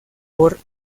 por